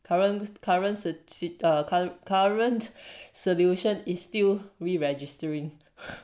current current sit~ si~ current solution is still we registering